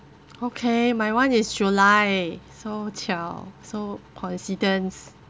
okay my one is july so 巧 so coincidence